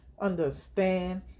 Understand